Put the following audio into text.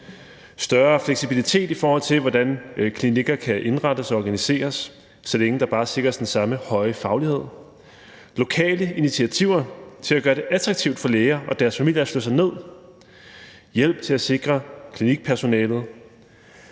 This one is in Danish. større fleksibilitet, i forhold til hvordan klinikker kan indrettes og organiseres, så længe der bare sikres den samme høje faglighed; lokale initiativer til at gøre det attraktivt for læger og deres familier at slå sig ned; hjælp til at sikre klinikpersonalet;